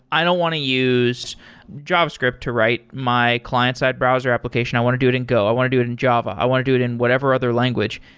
i don't want to use javascript to write my client side browser application. i want to do it in go. i want to do it in java. i want to do it in whatever other language.